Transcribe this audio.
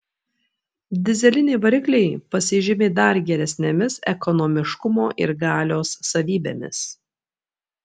dyzeliniai varikliai pasižymi dar geresnėmis ekonomiškumo ir galios savybėmis